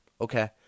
okay